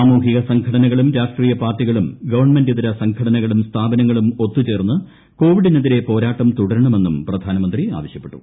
സാമൂഹ്യ സംഘടനകുളു്പ് രാഷ്ട്രീയ പാർട്ടികളും ഗവൺമെന്റിതര സംഘടനകളും സ്ക്ഥാപനങ്ങളും ഒത്തുചേർന്ന് കോവിഡിനെതിരെ പോരാട്ടം ക്യൂട്ര്ണമെന്നും പ്രധാനമന്ത്രി ആവശ്യപ്പെട്ടു